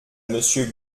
monsieur